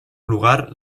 lugar